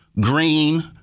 Green